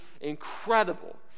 incredible